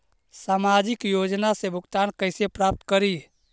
सामाजिक योजना से भुगतान कैसे प्राप्त करी?